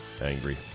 angry